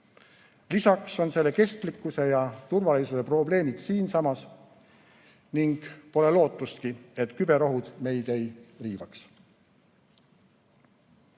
Lisaks on selle kestlikkuse ja turvalisuse probleemid siinsamas ning pole lootustki, et küberohud meid ei riivaks.